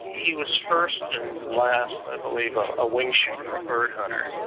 he was first and last i believe ah a wing shooter, a bird hunter.